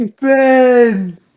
Ben